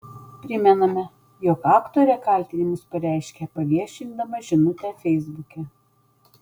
primename jog aktorė kaltinimus pareiškė paviešindama žinutę feisbuke